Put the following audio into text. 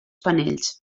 panells